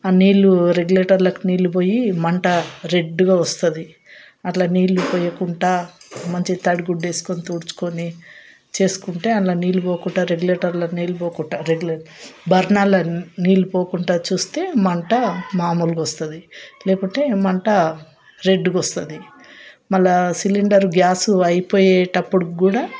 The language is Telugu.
ఆ నీళ్లు రెగ్యులేటర్లోకి నీళ్లు పొయ్యి మంట రెడ్డుగా వస్తుంది అట్లా నీళ్లు పొయ్యకుండా మంచిగా తడిగుడ్డ వేసుకుని తుడుచుకుని చేసుకుంటే అందులో నీళ్లు పోకుండా రెగ్యులేటర్లో నీళ్లు పోకుండా రెగ్యులే బర్నర్లా నీళ్లు పోకుండా చూస్తే మంట మాములుగా వస్తుంది లేకపోతే మంట రెడ్డుగా వస్తుంది మళ్ళా సిలిండర్ గ్యాస్ అయిపోయేటప్పుడు కూడ